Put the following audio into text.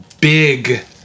big